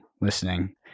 listening